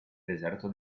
deserto